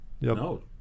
No